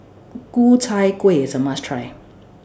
Ku Chai Kueh IS A must Try